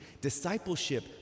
Discipleship